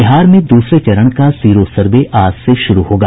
बिहार में दूसरे चरण का सीरो सर्वे आज से शुरू होगा